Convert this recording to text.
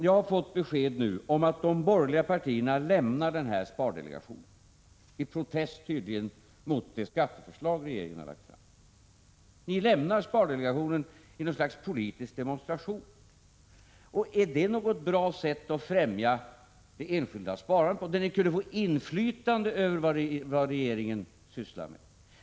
Jag har nu fått besked om att de borgerliga partierna lämnar spardelegationen, tydligen i protest mot det skatteförslag som regeringen har lagt fram. Ni lämnar spardelegationen i något slags politisk demonstration. Är det ett bra sätt att främja det enskilda sparandet? Här kunde ni få inflytande över vad regeringen sysslar med!